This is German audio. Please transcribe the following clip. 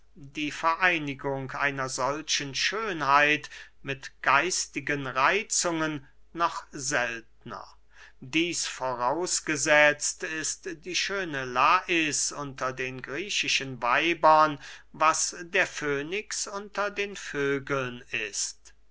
die vereinigung einer solchen schönheit mit geistigen reitzungen noch seltner dieß vorausgesetzt ist die schöne lais unter den griechischen weibern was der fönix unter den vögeln ist